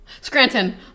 Scranton